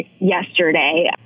yesterday